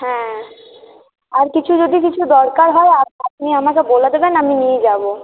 হ্যাঁ আর কিছু যদি কিছু দরকার হয় আপনি আমাকে বলে দেবেন আমি নিয়ে যাব